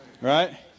Right